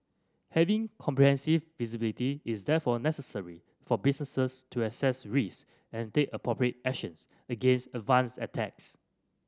having comprehensive visibility is therefore necessary for businesses to assess risk and take appropriate actions against advanced attacks